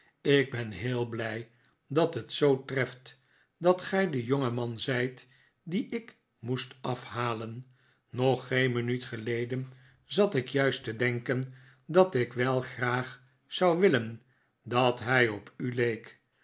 ik ben heel blij dat het zoo treft dat gij de jongeman zijt dien ik moest afhalen nog geen minuut geleden zat ik juist te denken dat ik wel graag zou willen dat hij op u leek